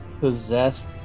possessed